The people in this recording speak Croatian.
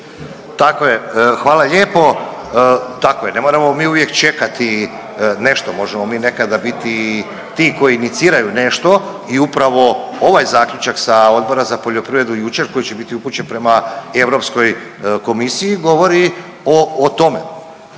Tako je, hvala lijepo. Tako je, ne moramo mi uvijek čekati nešto. Možemo mi nekada biti i ti koji iniciraju nešto i upravo ovaj zaključak sa Odbora za poljoprivredu jučer koji će biti upućen prema Europskoj komisiji govori o tome.